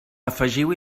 afegiu